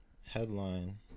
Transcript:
Headline